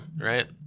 right